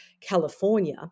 California